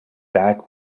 back